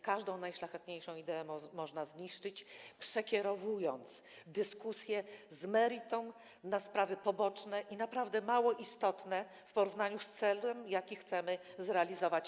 Każdą najszlachetniejszą ideę można zniszczyć, przekierowując dyskusję z meritum na sprawy poboczne i naprawdę mało istotne w porównaniu z celem, jaki chcemy zrealizować.